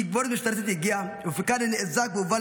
תגבורת משטרתית הגיעה ופיקאדה נאזק והובא